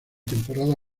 temporada